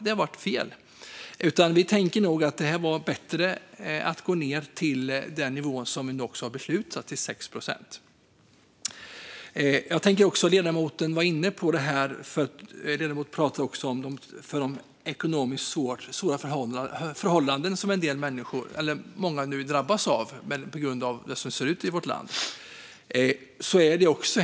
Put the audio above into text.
Det blev fel, och vi tänker att det nog är bättre att gå ned till den nivå vi nu har beslutat om, det vill säga 6 procent. Ledamoten pratade om de ekonomiskt svåra förhållanden som många nu drabbas av på grund av hur det ser ut i vårt land.